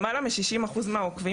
למעלה מ-60% מהעוקבים,